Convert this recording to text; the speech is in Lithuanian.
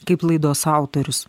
kaip laidos autorius